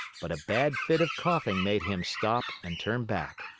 but a bad fit of coughing made him stop and turn back.